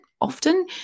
often